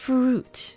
Fruit